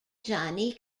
johnny